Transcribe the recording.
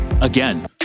Again